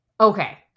Okay